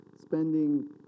spending